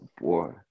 boy